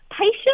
Patient